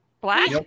Black